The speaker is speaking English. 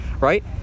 Right